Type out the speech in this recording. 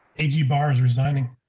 edgy bars, resigning.